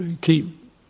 keep